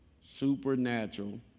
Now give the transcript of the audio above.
Supernatural